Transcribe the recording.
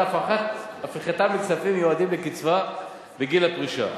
הפיכתם לכספים המיועדים לקצבה בגיל הפרישה.